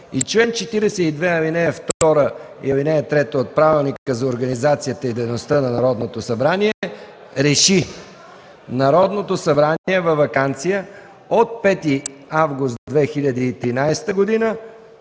и чл. 42, алинея 2 и алинея 3 от Правилника за организацията и дейността на Народното събрание РЕШИ: Народното събрание е във ваканция от 5 август 2013 г.